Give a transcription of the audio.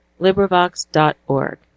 LibriVox.org